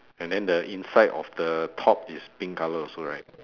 and then the inside of the top is pink colour also right